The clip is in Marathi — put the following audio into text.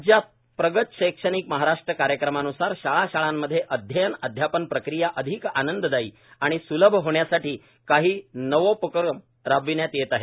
राज्यात प्रगत शैक्षणिक महाराष्ट्र कार्यक्रमानुसार शाळा शाळांमध्ये अध्ययन अध्यापन प्रक्रीया अधिक आनंददायी आणि स्लभ होण्यासाठी काही नवोपक्रम राबविण्यात येत आहे